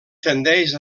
tendeix